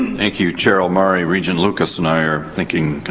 thank you, chair omari. regent lucas and i are thinking,